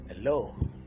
Hello